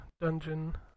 Dungeon